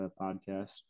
podcast